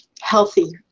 healthy